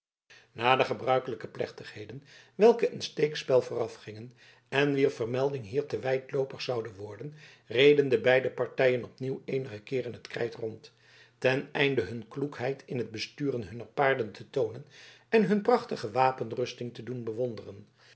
na de gebruikelijke plechtigheden welke een steekspel voorafgingen en wier vermelding hier te wijdloopig zoude worden reden de beide partijen opnieuw eenige keeren het krijt rond ten einde hun kloekheid in t besturen hunner paarden te toonen en hun prachtige wapenrusting te doen bewonderen